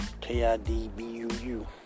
K-I-D-B-U-U